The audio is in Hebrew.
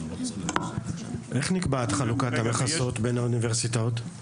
איך נקבעת חלוקת המכסות בין האוניברסיטאות?